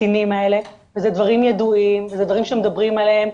לקטינים האלה וזה דברים ידועים וזה דברים שמדברים עליהם,